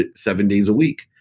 ah seven days a week.